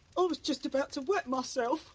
i was just about to wet myself.